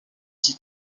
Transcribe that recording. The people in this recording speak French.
qui